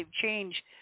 change